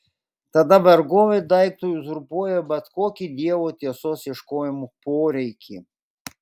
tada vergovė daiktui uzurpuoja bet kokį dievo tiesos ieškojimo poreikį